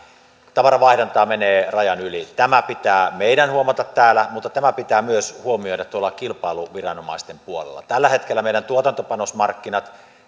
tavaravaihdantaa menee rajan yli tämä pitää meidän huomata täällä mutta tämä pitää myös huomioida tuolla kilpailuviranomaisten puolella tällä hetkellä meidän tuotantopanosmarkkinat